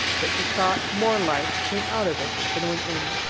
that he thought more light came out of it than went in.